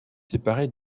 séparé